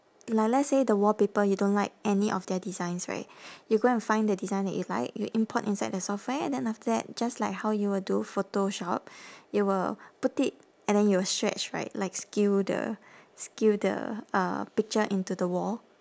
like let's say the wallpaper you don't like any of their designs right you go and find the design that you like you import inside the software and then after that just like how you will do photoshop it will put it and then it will stretch right like skew the skew the uh picture into the wall